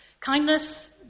Kindness